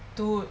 dude